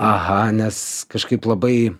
aha nes kažkaip labai